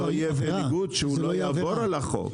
שלא יהיה בניגוד, שהוא לא יעבור על החוק.